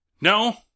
No